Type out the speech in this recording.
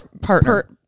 partner